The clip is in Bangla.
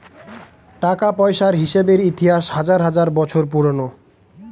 টাকা পয়সার হিসেবের ইতিহাস হাজার হাজার বছর পুরোনো